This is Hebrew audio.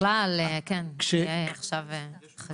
בכלל תהיה עכשיו חגיגה.